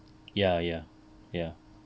ya ya ya